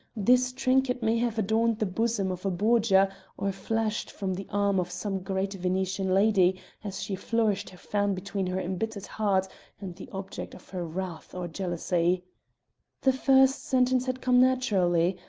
this trinket may have adorned the bosom of a borgia or flashed from the arm of some great venetian lady as she flourished her fan between her embittered heart and the object of her wrath or jealousy the first sentence had come naturally,